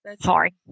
Sorry